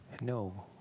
no